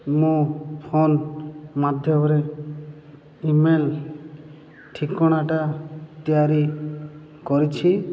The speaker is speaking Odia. ମୋ ଫୋନ ମାଧ୍ୟମରେ ଇ ମେଲ୍ ଠିକଣାଟା ତିଆରି କରିଛି